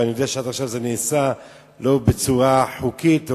ואני יודע שעד עכשיו זה נעשה לא בצורה חוקית או,